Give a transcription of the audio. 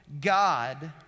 God